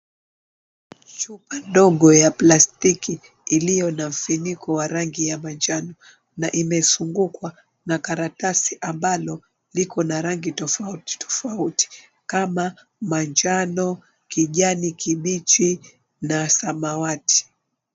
Chupa ndogo ya plastiki iliyo na mfiniko wa rangi ya manjano na imezungukwa na karatasi ambalo liko na rangi tofauti tofauti kama manjano, kijani kibichi na samawati.